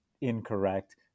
incorrect